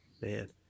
Man